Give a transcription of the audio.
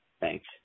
Thanks